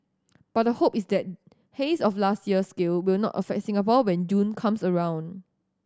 but the hope is that haze of last year's scale will not affect Singapore when June comes around